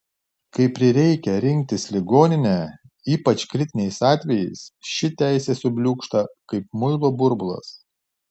kai prireikia rinktis ligoninę ypač kritiniais atvejais ši teisė subliūkšta kaip muilo burbulas